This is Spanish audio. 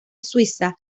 suiza